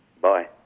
Bye